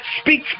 Speak